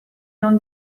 non